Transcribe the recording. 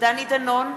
דני דנון,